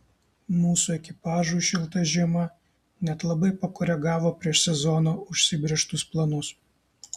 mūsų ekipažui šilta žiema net labai pakoregavo prieš sezoną užsibrėžtus planus